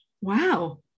wow